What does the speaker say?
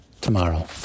tomorrow